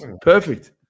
perfect